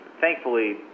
thankfully